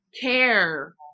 care